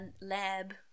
lab